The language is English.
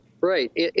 Right